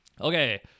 Okay